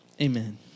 amen